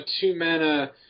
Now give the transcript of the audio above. two-mana